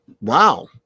Wow